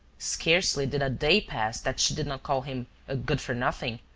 scarcely did a day pass that she did not call him a good-for-nothing,